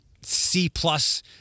C-plus